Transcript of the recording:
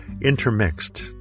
intermixed